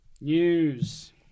News